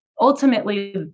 ultimately